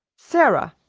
sara,